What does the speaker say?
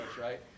right